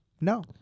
No